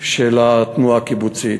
של התנועה הקיבוצית.